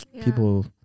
people